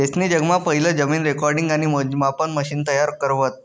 तेसनी जगमा पहिलं जमीन रेकॉर्डिंग आणि मोजमापन मशिन तयार करं व्हतं